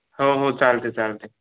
हो हो चालते चालते